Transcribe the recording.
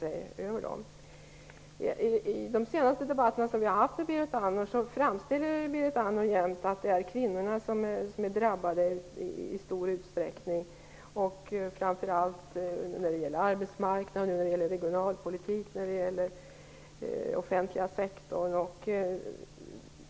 I de senaste av de debatter som vi har haft med Berit Andnor framställer hon det genomgående så att kvinnorna i stor utsträckning är de drabbade, framför allt på arbetsmarknaden, inom regionalpolitiken och inom den offentliga sektorn.